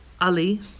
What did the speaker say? Ali